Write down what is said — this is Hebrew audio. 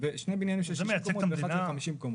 זה מייצג את המדינה?